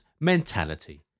mentality